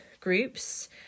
groups